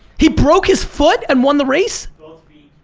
he broke his foot and won the race? um